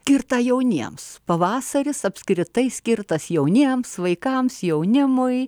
skirtą jauniems pavasaris apskritai skirtas jauniems vaikams jaunimui